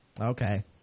Okay